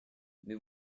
mais